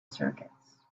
circuits